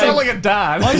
like a dad.